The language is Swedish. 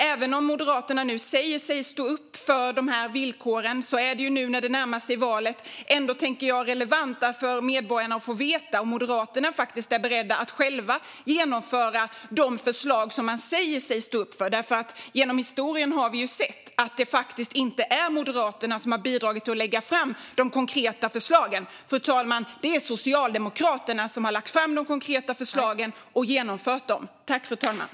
Även om Moderaterna nu säger sig stå upp för de här villkoren är det, nu när det närmar sig val, relevant för medborgarna att få veta om Moderaterna är beredda att själva genomföra de förslag som de säger sig stå upp för. Genom historien har vi ju sett att det inte är Moderaterna som har bidragit till att lägga fram de konkreta förslagen, fru talman. Det är Socialdemokraterna som har lagt fram de konkreta förslagen och som har genomfört dem.